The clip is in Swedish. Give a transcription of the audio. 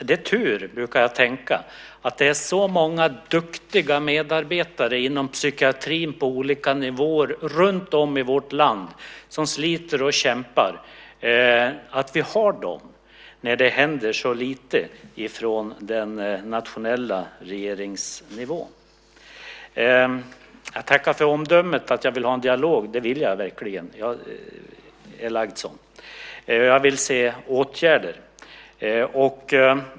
Det är tur, brukar jag tänka, att det finns så många duktiga medarbetare inom psykiatrin på olika nivåer runtom i vårt land som sliter och kämpar. Det är tur att vi har dem när det händer så lite på den nationella regeringsnivån. Jag tackar för omdömet att jag vill ha en dialog. Det vill jag verkligen - jag är sådan. Jag vill se åtgärder.